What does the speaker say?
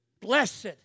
blessed